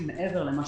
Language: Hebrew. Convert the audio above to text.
כמו שעכשיו,